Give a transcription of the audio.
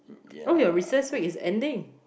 oh your recess week is ending